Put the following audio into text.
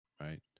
right